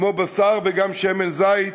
כמו של בשר וגם שמן זית.